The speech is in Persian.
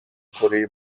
کره